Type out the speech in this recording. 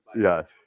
Yes